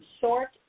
short